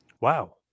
wow